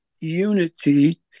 unity